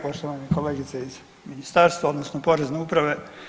Poštovane kolegice iz ministarstva odnosno Porezne uprave.